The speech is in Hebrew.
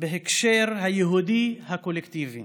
בהקשר היהודי הקולקטיבי,